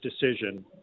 decision